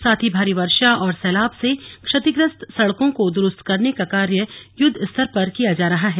साथ ही भारी वर्षा और सैलाब से क्षतिग्रस्त सड़कों को दुरुस्त करने का कार्य युद्ध स्तर पर किया जा रहा है